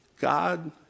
God